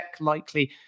likely